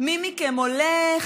מי מכם הולך?